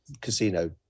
Casino